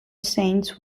saints